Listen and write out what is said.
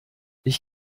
ich